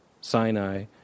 Sinai